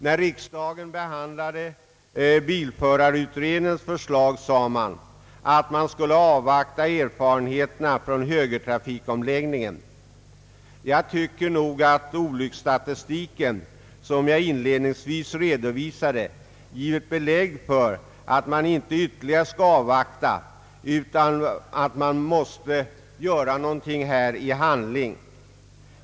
När riksdagen behandlade bilförarutredningens förslag sades det att man skulle avvakta erfarenheterna från högertrafikomläggningen. Jag anser att olycksstatistiken, som jag inledningsvis redovisat, givit belägg för att man inte skall avvakta ytterligare, utan att man måste göra någonting konkret.